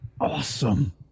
Awesome